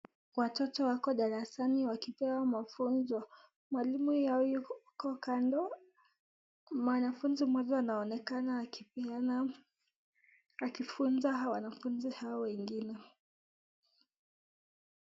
Watoto wako darasani wakipewa mafunzo. Mwalimu yao yuko huko kando. Mwanafunzi mmoja anaonekana akifunza wanafunzi hawa wengine.